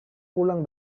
pulang